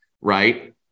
right